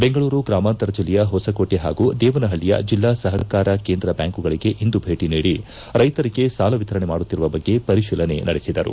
ಬೆಂಗಳೂರು ಗ್ರಾಮಾಂತರ ಜಿಲ್ಲೆಯ ಹೊಸಕೋಟೆ ಪಾಗೂ ದೇವನಪಳ್ಳಿಯ ಜಿಲ್ಲಾ ಸಪಕಾರ ಕೇಂದ್ರ ಬ್ದಾಂಕುಗಳಿಗೆ ಇಂದು ಭೇಟ ನೀಡಿ ರೈತರಿಗೆ ಸಾಲ ಎತರಣೆ ಮಾಡುತ್ತಿರುವ ಬಗ್ಗೆ ಪರಿಶೀಲನೆ ನಡೆಸಿದರು